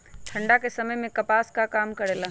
ठंडा के समय मे कपास का काम करेला?